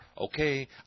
Okay